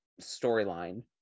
storyline